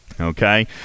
okay